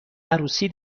عروسی